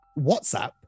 WhatsApp